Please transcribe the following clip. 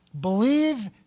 Believe